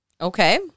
Okay